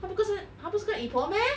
她不个是她不是跟 yi po meh